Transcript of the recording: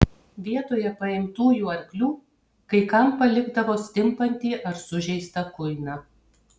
vietoje paimtųjų arklių kai kam palikdavo stimpantį ar sužeistą kuiną